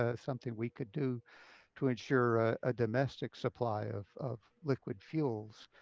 ah something we could do to ensure a domestic supply of of liquid fuels.